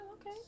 okay